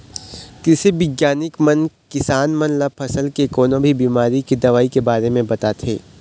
कृषि बिग्यानिक मन किसान मन ल फसल के कोनो भी बिमारी के दवई के बारे म बताथे